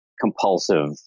compulsive